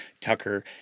Tucker